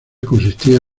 consistía